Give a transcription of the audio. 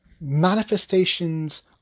manifestations